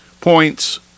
points